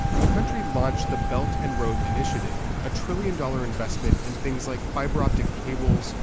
the country launched the belt and road initiative, a trillion-dollar investment in things like fiber optic cables,